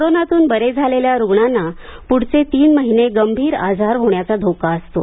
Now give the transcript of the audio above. कोरोनातून बरे झालेल्या रुग्णांना पुढचे तीन महिने गंभीर आजार होण्याचा धोका असतो